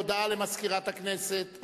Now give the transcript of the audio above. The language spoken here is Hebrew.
הודעה למזכירת הכנסת.